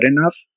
enough